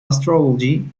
astrology